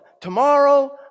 Tomorrow